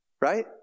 right